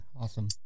awesome